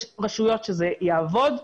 יש רשויות שזה יעבוד,